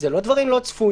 זה לא דברים לא צפויים,